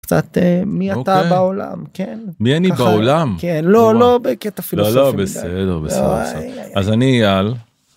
קצת מי אתה בעולם? כן. מי אני בעולם? כן, לא לא בקטע פילוסופי. לא, בסדר בסדר בסדר, אז אני אייל.